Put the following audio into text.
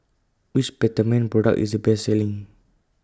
Which Peptamen Product IS The Best Selling